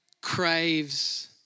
craves